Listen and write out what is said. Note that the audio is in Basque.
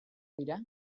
dira